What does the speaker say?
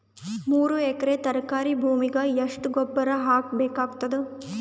ಮೂರು ಎಕರಿ ತರಕಾರಿ ಭೂಮಿಗ ಎಷ್ಟ ಗೊಬ್ಬರ ಹಾಕ್ ಬೇಕಾಗತದ?